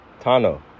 Tano